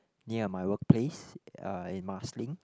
near my work place uh in Marsiling